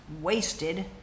wasted